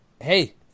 Hey